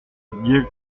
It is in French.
guérison